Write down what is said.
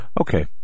Okay